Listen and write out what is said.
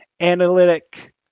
analytic